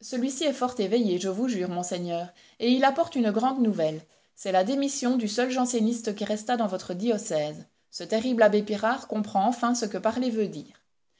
celui-ci est fort éveillé je vous jure monseigneur et il apporte une grande nouvelle c'est la démission du seul janséniste qui restât dans votre diocèse ce terrible abbé pirard comprend enfin ce que parler veut dire